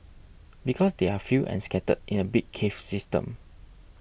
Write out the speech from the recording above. because they are few and scattered in a big cave system